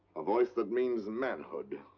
a voice that means manhood.